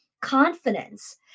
Confidence